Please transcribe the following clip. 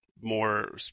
more